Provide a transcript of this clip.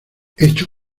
hecho